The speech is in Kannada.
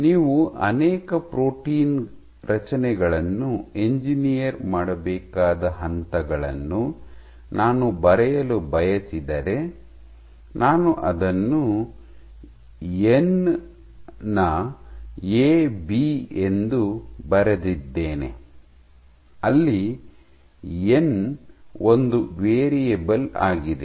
ನೀವು ಅನೇಕ ಪ್ರೋಟೀನ್ ರಚನೆಗಳನ್ನು ಎಂಜಿನಿಯರ್ ಮಾಡಬೇಕಾದ ಹಂತಗಳನ್ನು ನಾನು ಬರೆಯಲು ಬಯಸಿದರೆ ನಾನು ಅದನ್ನು ಎನ್ ನ ಎಬಿ ಎಂದು ಬರೆದಿದ್ದೇನೆ ಅಲ್ಲಿ ಎನ್ ಒಂದು ವೇರಿಯಬಲ್ ಆಗಿದೆ